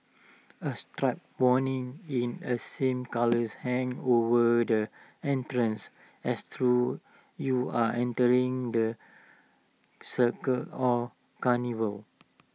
A striped warning in A same colours hang over the entrance as through you are entering the circa or carnival